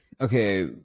Okay